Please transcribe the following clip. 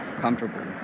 comfortable